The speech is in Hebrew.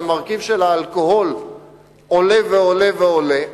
המרכיב של האלכוהול עולה ועולה ועולה,